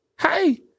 Hey